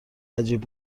عجیب